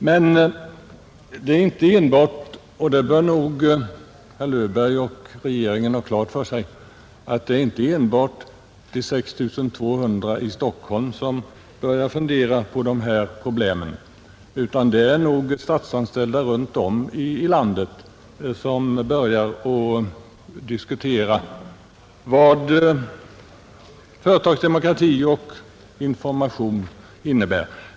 Men det är inte enbart de 6 300 i Stockholm som börjar fundera på de här problemen, och det bör statsrådet Löfberg och resten av regeringen ha klart för sig. De statsanställda runt om i landet börjar diskutera vad företagsdemokrati och information innebär.